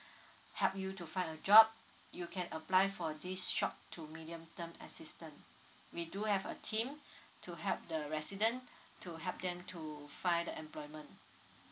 help you to find a job you can apply for this short to medium term assistant we do have a team to help the resident to help them to find the employment